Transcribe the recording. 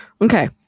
okay